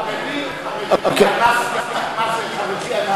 חרדי, מה זה חרדי?